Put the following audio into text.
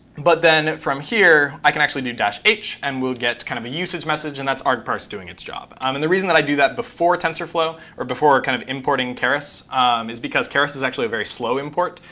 but then, from here, i can actually do h and we'll get kind of a usage message, and that's arg parse doing its job. um and the reason that i do that before tensorflow or before kind of importing keras is because keras is actually a very slow import,